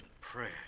prayer